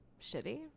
shitty